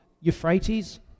Euphrates